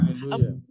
Hallelujah